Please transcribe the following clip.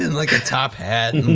and like a top hat, and